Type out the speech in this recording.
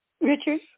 Richard